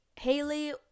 Haley